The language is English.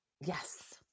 Yes